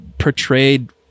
portrayed